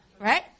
right